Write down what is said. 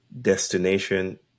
destination